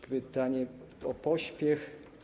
Pytanie o pośpiech.